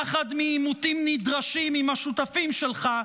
פחד מעימותים נדרשים עם השותפים שלך,